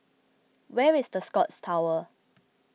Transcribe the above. where is the Scotts Tower